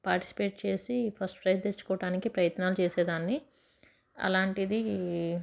participate చేసి first prize తెచ్చుకోవటానికి ప్రయత్నాలు చేసేదాన్ని అలాంటిది